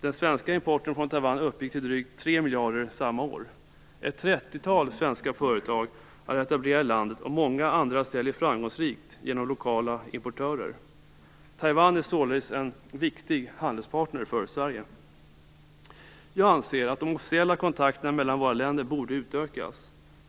Den svenska importen från Taiwan uppgick till drygt 3 miljarder kronor samma år. Ett trettiotal svenska företag är etablerade i landet, och många andra säljer framgångsrikt genom lokala importörer. Taiwan är således en viktig handelspartner för Sverige. Jag anser att de officiella kontakterna mellan våra länder borde utökas.